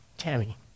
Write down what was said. Tammy